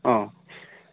অঁ